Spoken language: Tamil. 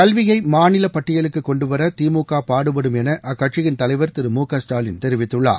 கல்வியை மாநில பட்டியலுக்குக் கொண்டுவர திமுக பாடுபடும் என அக்கட்சியின் தலைவர் திரு மு க ஸ்டாலின் தெரிவித்துள்ளார்